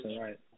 right